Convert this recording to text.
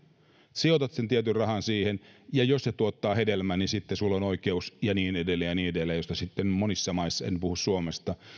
sijoitat sen tietyn rahan siihen ja jos se tuottaa hedelmää niin sitten sinulla on oikeus ja niin edelleen ja niin edelleen ja monissa maissa en puhu suomesta